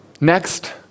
Next